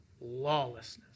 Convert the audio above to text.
lawlessness